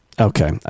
okay